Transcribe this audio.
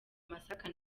masaka